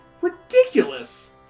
Ridiculous